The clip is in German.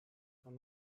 von